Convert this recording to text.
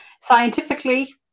scientifically